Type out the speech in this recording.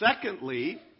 Secondly